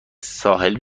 ساحل